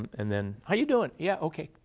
and then, how you doing? yeah okay,